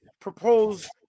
propose